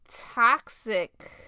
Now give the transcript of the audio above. toxic